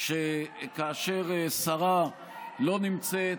שכאשר שרה לא נמצאת,